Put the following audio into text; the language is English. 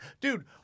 dude